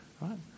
right